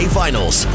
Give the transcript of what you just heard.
finals